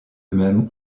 même